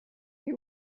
they